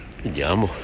vediamo